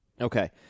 Okay